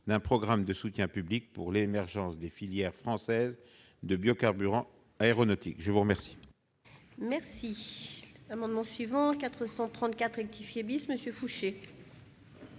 d'un programme de soutien public pour l'émergence de filières françaises de biocarburant aéronautique. L'amendement